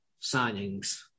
signings